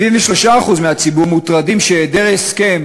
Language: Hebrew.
73% מהציבור מוטרדים מכך שהיעדר הסכם